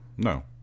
No